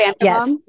Yes